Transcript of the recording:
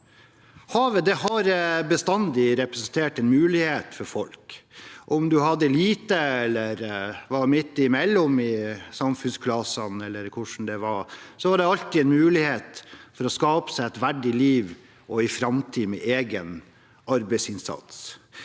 Havet har bestandig representert en mulighet for folk. Om man hadde lite eller var midt imellom samfunnsklassene, uansett hvordan det var, så var det alltid en mulighet for å skape seg et verdig liv og en framtid med egen arbeidsinnsats.